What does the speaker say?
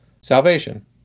salvation